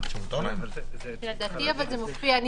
לדעתי זה מופיע.